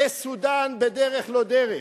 לסודן, בדרך-לא-דרך,